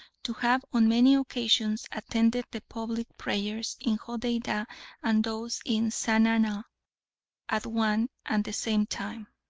to have on many occasions attended the public prayers in hodeidah and those in sana'a at one and the same time.